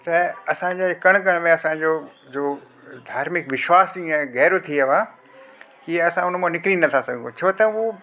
त असांजो हे कण कण में असांजो जो धार्मिक विश्वासु ईअं गहिरो थी वियो आहे की असां उन मं निकिरी नथा सघूं छो त हू